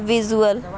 visual